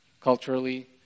Culturally